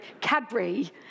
Cadbury